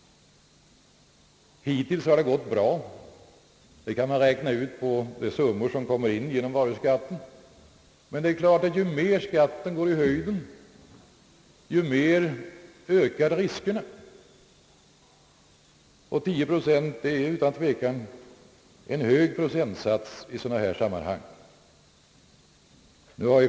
Hittills har det gått bra — det kan man se av de summor som flyter in i varuskatt — men det är klart att ju mera skatten går i höjden, desto mer ökar riskerna. Och 10 procent är utan tvekan en hög procentsats i sådana här sammanhang.